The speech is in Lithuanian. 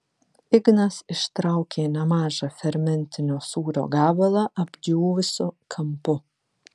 ignas ištraukė nemažą fermentinio sūrio gabalą apdžiūvusiu kampu